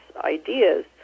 ideas